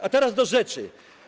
A teraz do rzeczy.